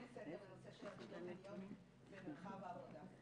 בנושא של הטרדות מיניות במרחב העבודה.